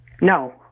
No